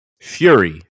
Fury